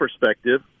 perspective